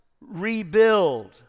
rebuild